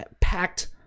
packed